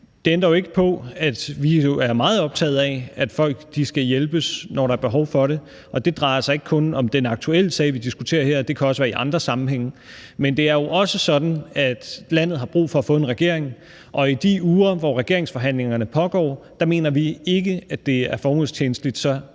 Det ændrer jo ikke på, at vi er meget optaget af, at folk skal hjælpes, når der er behov for det. Og det drejer sig ikke kun om den aktuelle sag, vi diskuterer her; det kan også være i andre sammenhænge. Men det er jo også sådan, at landet har brug for at få en regering, og i de uger, hvor regeringsforhandlingerne pågår, mener vi ikke det er formålstjenligt